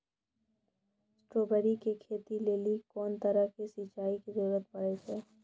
Strawberry के खेती लेली कोंन तरह के सिंचाई के जरूरी पड़े छै?